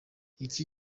iki